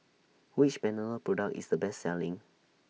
Which Panadol Product IS The Best Selling